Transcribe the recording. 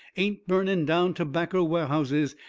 ain't burning down tobaccer warehouses,